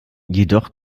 jedoch